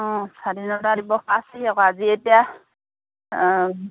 অঁ স্বাধীনতা দিৱস পাইছেহি আকৌ আজি এতিয়া